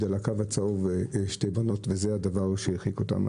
על הקו הצהוב שתי בנות וזה הדבר שהרחיק אותם.